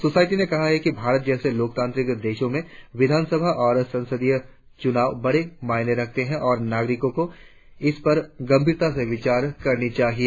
society ने कहा है कि भारत जैसे लोकतांत्रिक देश में विधान सभा और संसदीय चुनाव बड़ी मायने रखती और नागरिकों को इस पर गंभीरता से विचार करना चाहिए